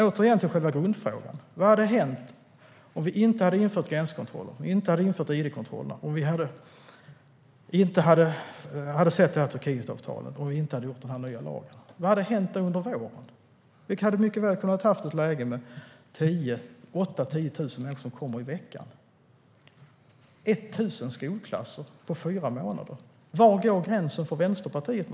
Återigen till själva grundfrågan: Vad hade hänt om vi inte hade infört gränskontroller, om vi inte hade infört id-kontroller, om vi inte hade fått Turkietavtalet och om vi inte hade arbetat fram den nya lagen? Vad hade då hänt under våren? Vi hade mycket väl kunnat ha ett läge där 8 000-10 000 människor hade kommit i veckan och 1 000 skolklasser på fyra månader. Var går gränsen för Vänsterpartiet?